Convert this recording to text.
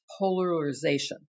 polarization